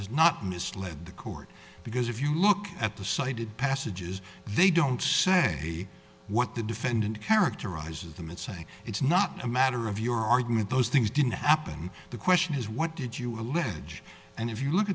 has not misled the court because if you look at the cited passages they don't say what the defendant characterizes them it's it's not a matter of your argument those things didn't happen the question is what did you allege and if you look